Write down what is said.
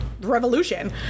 revolution